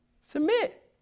Submit